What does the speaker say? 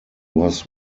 was